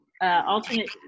alternate